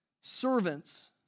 Servants